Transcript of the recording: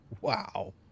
wow